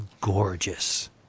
gorgeous